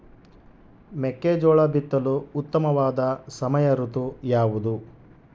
ಮೆಕ್ಕೆಜೋಳ ಬಿತ್ತಲು ಉತ್ತಮವಾದ ಸಮಯ ಋತು ಯಾವುದು?